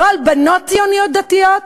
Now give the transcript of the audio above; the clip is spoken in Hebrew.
לא על בנות ציוניות-דתיות?